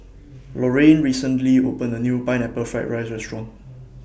Lorrayne recently opened A New Pineapple Fried Rice Restaurant